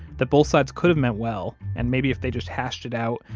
that both sides could have meant well and maybe if they just hashed it out,